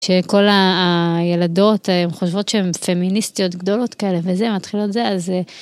שכל הילדות חושבות שהן פמיניסטיות גדולות כאלה וזה, מתחילות זה, אז...